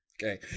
okay